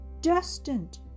destined